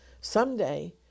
someday